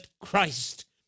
Christ